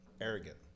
arrogant